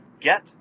get